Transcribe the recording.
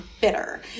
bitter